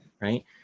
Right